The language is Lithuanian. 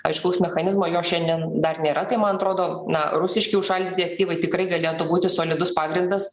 aiškaus mechanizmo jo šiandien dar nėra tai man atrodo na rusiški užšaldyti aktyvai tikrai galėtų būti solidus pagrindas